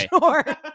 sure